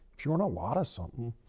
if you run a lot of something,